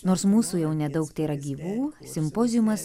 nors mūsų jau nedaug tėra gyvų simpoziumas